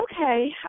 okay